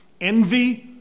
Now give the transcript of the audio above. envy